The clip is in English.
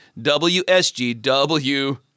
WSGW